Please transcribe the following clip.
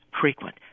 frequent